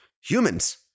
Humans